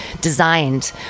designed